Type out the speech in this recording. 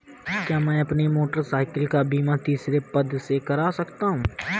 क्या मैं अपनी मोटरसाइकिल का बीमा तीसरे पक्ष से करा सकता हूँ?